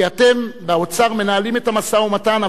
כי אתם באוצר מנהלים את המשא-ומתן,